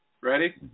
Ready